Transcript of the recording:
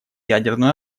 ядерную